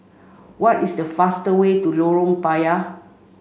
what is the fastest way to Lorong Payah